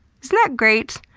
isn't that great?